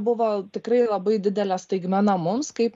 buvo tikrai labai didelė staigmena mums kaip